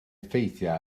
effeithio